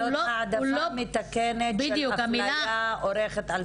זאת העדפה מתקנת של אפליה שאורכת אלפי שנים.